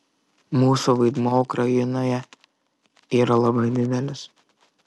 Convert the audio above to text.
mūsų vaidmuo ukrainoje yra labai didelis